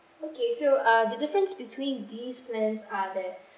okay so uh the difference between these plans are that